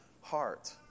heart